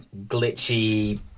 glitchy